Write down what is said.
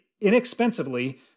inexpensively